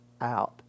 out